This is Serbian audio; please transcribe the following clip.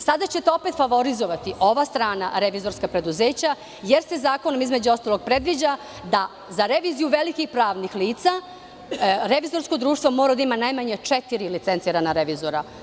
Sada ćete opet favorizovati ova strana revizorska preduzeća jer se zakonom između ostalog predviđa da za reviziju velikih pravnih lica revizorsko društvo mora da ima najmanje četiri licencirana revizora.